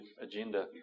agenda